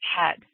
head